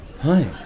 Hi